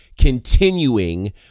continuing